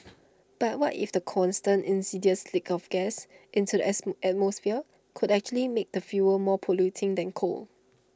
but what if the constant insidious leaks of gas into the atmosphere could actually make the fuel more polluting than coal